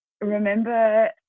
remember